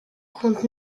contre